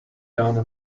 done